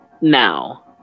Now